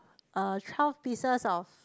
uh twelve pieces of